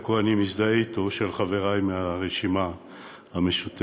בחלקו אני מזדהה אתו, של חברי מהרשימה המשותפת,